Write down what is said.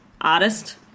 artist